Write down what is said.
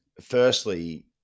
firstly